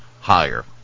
higher